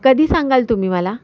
कधी सांगाल तुम्ही मला